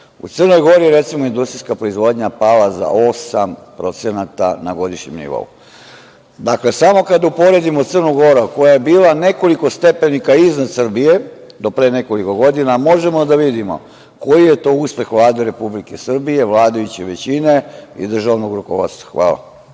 Crnoj Gori je, recimo, industrijska proizvodnja pala za 8% na godišnjem nivou. Dakle, samo kad se uporedimo sa Crnom Gorom, koja je bila nekoliko stepenika iznad Srbije, do pre nekoliko godina, možemo da vidimo koji je to uspeh Vlade Republike Srbije, vladajuće većine i državnog rukovodstva.